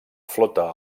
flota